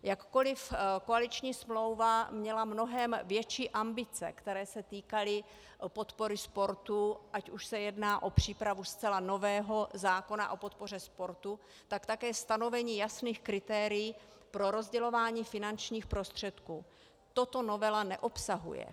Jakkoliv koaliční smlouva měla mnohem větší ambice, které se týkaly podpory sportu, ať už se jedná o přípravu zcela nového zákona o podpoře sportu, tak také stanovení jasných kritérií pro rozdělování finančních prostředků, toto novela neobsahuje.